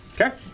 Okay